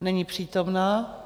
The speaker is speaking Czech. Není přítomna.